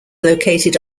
located